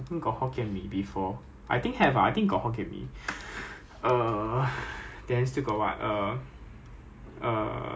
I don't what I eating eh you see the you see the rubbish bin right the amount of yam cake inside rubbish bin right is a lot cause people like don't know what they eating they just throw away